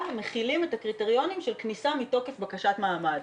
מחילים את הקריטריונים של כניסה מתוקף בקשת מעמד.